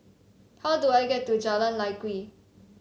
how do I get to Jalan Lye Kwee